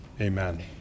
amen